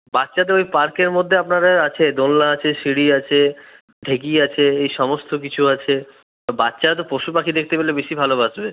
বাচ্চাদের ওই পার্কের মধ্যে আপনারা আছে দোলনা আছে সিঁড়ি আছে ঢেঁকি আছে এই সমস্ত কিছু আছে বাচ্চারা তো পশুপাখি দেখতে পেলে বেশি ভালোবাসবে